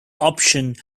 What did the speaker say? option